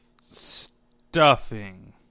stuffing